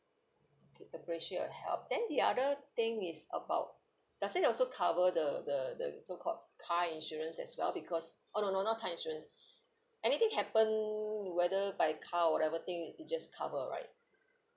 okay appreciate your help then the other thing is about does it also cover the the the so called car insurance as well because uh no not car insurance anything happen whether by car or whatever thing it just cover right